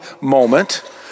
moment